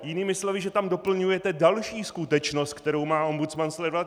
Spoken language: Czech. Jinými slovy, že tam doplňujete další skutečnost, kterou má ombudsman sledovat.